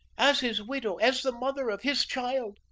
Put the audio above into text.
as his widow, as the mother of his child,